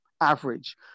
average